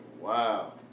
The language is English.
wow